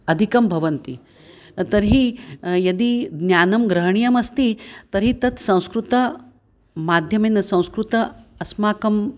अधिकं भवन्ति तर्हि यदि ज्ञानं ग्रहणीयमस्ति तर्हि तत् संस्कृतमाध्यमेन संस्कृतम् अस्माकं